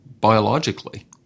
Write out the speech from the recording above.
biologically